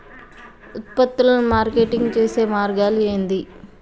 ఉత్పత్తులను మార్కెటింగ్ చేసే మార్గాలు ఏంది?